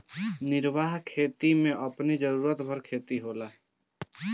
निर्वाह खेती में अपनी जरुरत भर खेती होला